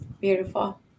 Beautiful